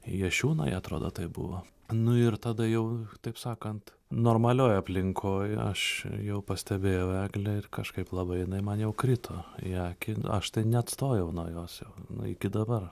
jašiūnai atrodo tai buvo nu ir tada jau taip sakant normalioj aplinkoj aš jau pastebėjau eglę ir kažkaip labai jinai man jau krito į akį aš tai neatstojau nuo jos jau nu iki dabar